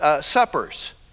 Suppers